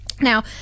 Now